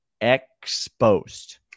exposed